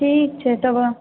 ठीक छै तबऽ